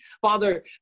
father